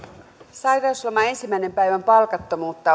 sairausloman ensimmäisen päivän palkattomuutta